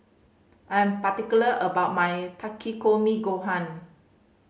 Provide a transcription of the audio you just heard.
I am particular about my Takikomi Gohan